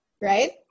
right